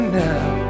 now